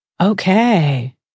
Okay